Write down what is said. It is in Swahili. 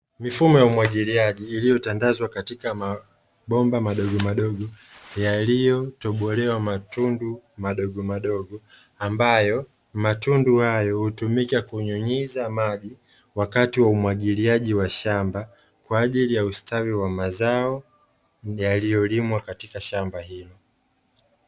Mifumo ya umwagiliaji iliyotandazwa katika mabomba madogomadogo yaliyotobolewa matundu madogomadogo, ambayo matundu hayo hutumika kunyunyiza maji wakati wa umwagiliaji wa shamba kwa ajili ya ustawi wa mazao yaliyolimwa katika shamba hilo.